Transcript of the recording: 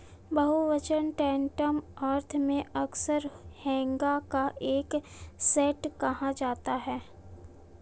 बहुवचन टैंटम अर्थ में अक्सर हैगा का एक सेट कहा जाता है